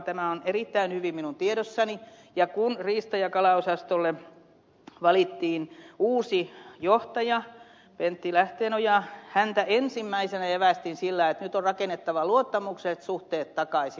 tämä on erittäin hyvin minun tiedossani ja kun riista ja kalaosastolle valittiin uusi johtaja pentti lähteenoja häntä ensimmäisenä evästin sillä että nyt on rakennettava luottamukselliset suhteet takaisin